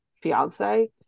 fiance